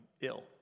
ill